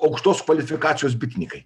aukštos kvalifikacijos bitininkai